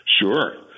sure